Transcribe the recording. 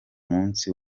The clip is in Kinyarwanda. munsi